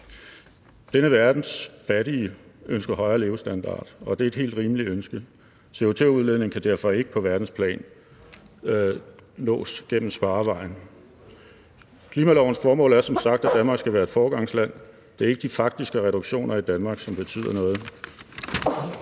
Denne verdens fattige ønsker højere levestandard, og det er et helt rimeligt ønske. Reduktion i CO₂-udledning kan derfor ikke på verdensplan nås gennem sparevejen. Klimalovens formål er som sagt, at Danmark skal være et foregangsland. Det er ikke de faktiske reduktioner i Danmark, som betyder noget.